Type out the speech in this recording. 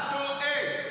אתה טועה.